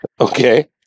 Okay